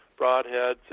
broadheads